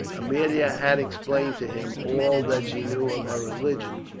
aemilia had explained to him all that she knew of her religion,